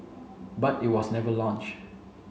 but it was never launched